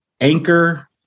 anchor